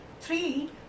three